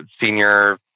senior